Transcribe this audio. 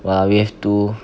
!wah! we have to